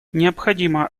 необходимо